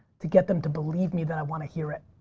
to get them to believe me that i want to hear it.